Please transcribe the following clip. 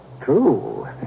True